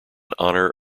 honor